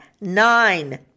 nine